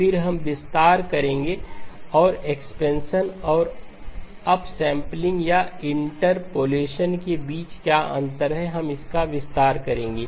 फिर हम विस्तार करेंगे और एक्सपेंशन और अपसैंपलिंग या इंटरपोलेशन के बीच क्या अंतर है हम इसका विस्तार करेंगे